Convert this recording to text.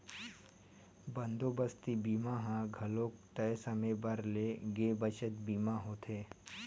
बंदोबस्ती बीमा ह घलोक तय समे बर ले गे बचत बीमा होथे